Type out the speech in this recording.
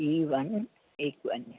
C one एकवंजाह